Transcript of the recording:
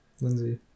Lindsay